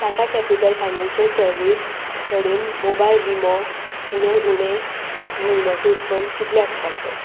Tata Capital Financial Services कडेन mobile विमो उण्यान उणें म्हयन्याचें उत्पन्न कितलें आसपाक जाय